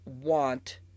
want